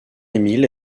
émile